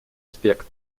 аспект